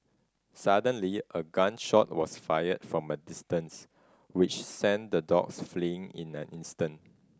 suddenly a gun shot was fired from a distance which sent the dogs fleeing in an instant